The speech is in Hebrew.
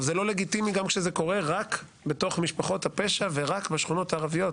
זה לא לגיטימי גם כשזה קורה רק בתוך משפחות הפשע ורק בשכונות הערביות,